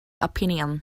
opinion